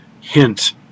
hint